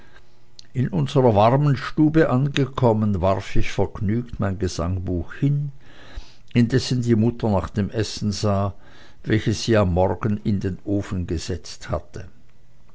in unserer warmen stube angekommen warf ich vergnügt mein gesangbuch hin indessen die mutter nach dem essen sah welches sie am morgen in den ofen gesetzt hatte